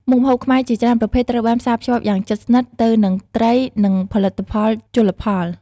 មុខម្ហូបខ្មែរជាច្រើនប្រភេទត្រូវបានផ្សារភ្ជាប់យ៉ាងជិតស្និទ្ធទៅនឹងត្រី និងផលិតផលជលផល។